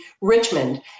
Richmond